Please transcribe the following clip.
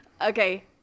Okay